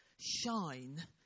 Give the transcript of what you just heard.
shine